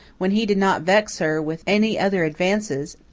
when he did not vex her with any other advances,